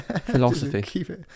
Philosophy